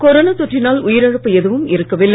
corona தொற்றினால் உயிரிழப்பு எதுவும் இருக்கவில்லை